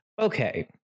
okay